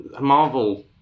Marvel